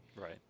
Right